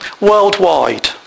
Worldwide